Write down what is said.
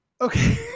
Okay